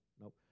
nope